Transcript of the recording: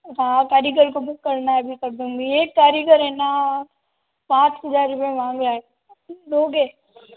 हाँ कारीगर को बुक करना है अभी कर दूँगी एक कारीगर है न पाँच हजार रुपए माँग रहा है दोगे